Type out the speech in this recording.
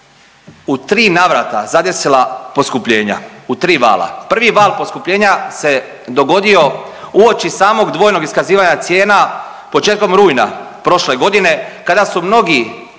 u 3 navrata zadesila poskupljenja. U 3 vala. Prvi val poskupljenja se dogodio uoči samog dvojnog iskazivanja cijena početkom rujna prošle godine kada su mnogi